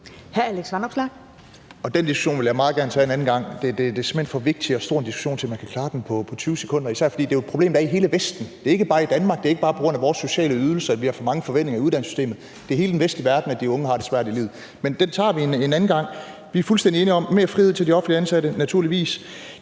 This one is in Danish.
Den diskussion vil jeg meget gerne tage en anden gang. Det er simpelt hen en for vigtig og for stor diskussion til, at man kan klare den på 20 sekunder, især fordi det jo er et problem, der er i hele Vesten. Det er ikke bare i Danmark. Det er ikke bare på grund af vores sociale ydelser, at vi har for mange forventninger i uddannelsessystemet. Det er i hele den vestlige verden, at de unge har det svært i livet. Men den tager vi en anden gang. Vi er fuldstændig enige om mere frihed til de offentligt ansatte, naturligvis.